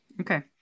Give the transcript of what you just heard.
Okay